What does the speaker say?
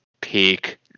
peak